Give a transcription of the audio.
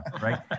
right